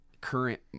current